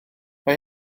mae